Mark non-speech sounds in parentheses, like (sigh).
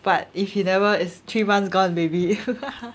but he never is three months gone baby (laughs)